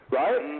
right